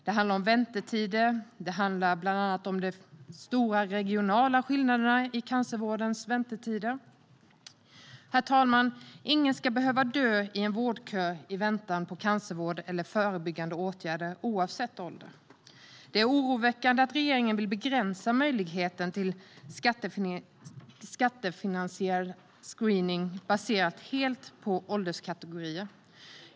Det handlar om väntetider, och det handlar bland annat om de stora regionala skillnaderna i cancervårdens väntetider. Herr talman! Ingen, oavsett ålder, ska behöva dö i en vårdkö i väntan på cancervård eller förebyggande åtgärder. Det är oroväckande att regeringen vill begränsa möjligheten till skattefinansierad screening helt baserat på ålderskategorier.